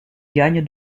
gagne